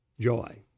joy